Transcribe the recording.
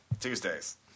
tuesdays